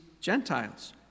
Gentiles